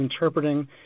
interpreting –